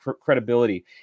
credibility